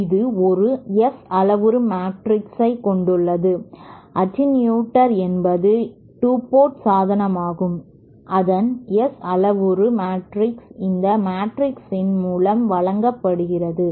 இது ஒரு S அளவுரு மேட்ரிக்ஸ்ஐ கொண்டுள்ளது அட்டென்யூட்டர் என்பது 2 போர்ட் சாதனமாகும் அதன் S அளவுரு மேட்ரிக்ஸ் இந்த மேட்ரிக்ஸின் மூலம் வழங்கப்படுகிறது